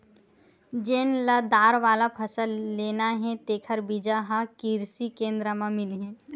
जेन ल दार वाला फसल लेना हे तेखर बीजा ह किरसी केंद्र म मिलही